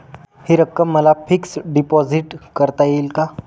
हि रक्कम मला फिक्स डिपॉझिट करता येईल का?